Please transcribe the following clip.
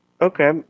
Okay